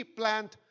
plant